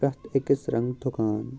پرٛٮ۪تھ أکِس رنٛگ ٹُھکان